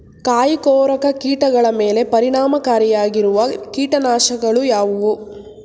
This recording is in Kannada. ಕಾಯಿಕೊರಕ ಕೀಟಗಳ ಮೇಲೆ ಪರಿಣಾಮಕಾರಿಯಾಗಿರುವ ಕೀಟನಾಶಗಳು ಯಾವುವು?